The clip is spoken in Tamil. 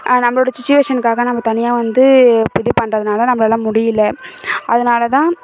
நம்மளோட சுச்வேஷனுக்காக நம்ம தனியாக வந்து இப்போ இது பண்றதுனால் நம்மளால முடியல அதனாலதான் அதனால தான்